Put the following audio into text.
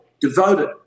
devoted